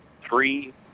three